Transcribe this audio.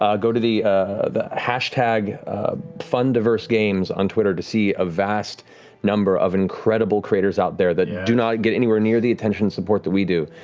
ah go to the the hashtag fundiversegames on twitter to see a vast number of incredible creators out there that do not get anywhere near the attention and support that we do.